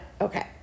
Okay